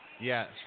Yes